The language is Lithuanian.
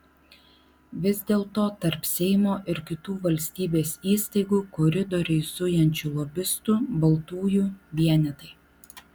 vis dėlto tarp seimo ir kitų valstybės įstaigų koridoriais zujančių lobistų baltųjų vienetai